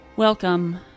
Welcome